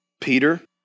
Peter